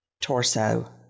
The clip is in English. torso